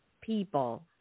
people